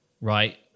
right